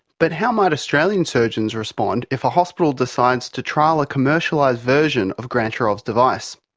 but how might australian surgeons respond if a hospital decides to trial a commercialised version of grantcharov's device?